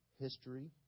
History